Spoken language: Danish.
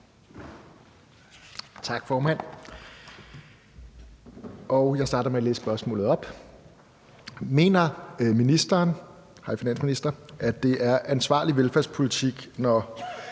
Tak, formand. Jeg starter med at læse spørgsmålet op: Mener ministeren, at det er ansvarlig velfærdspolitik,